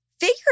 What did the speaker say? figure